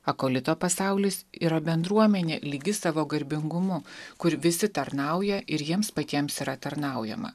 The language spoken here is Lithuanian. akolito pasaulis yra bendruomenė lygi savo garbingumu kur visi tarnauja ir jiems patiems yra tarnaujama